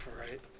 Right